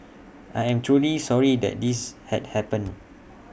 I am truly sorry that this had happened